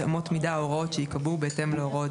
אמות מידה או הוראות שייקבעו בהתאם להוראות